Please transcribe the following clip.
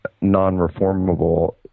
non-reformable